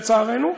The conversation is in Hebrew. לצערנו,